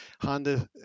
Honda